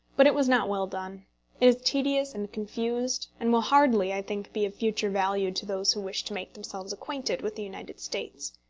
but it was not well done. it is tedious and confused, and will hardly, i think, be of future value to those who wish to make themselves acquainted with the united states.